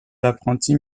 apprentis